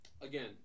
again